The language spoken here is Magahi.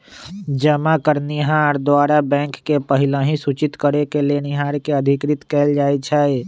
जमा करनिहार द्वारा बैंक के पहिलहि सूचित करेके लेनिहार के अधिकृत कएल जाइ छइ